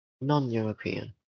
non-european